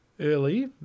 early